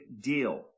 deal